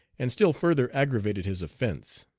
and still further aggravated his offence.